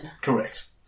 Correct